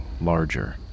larger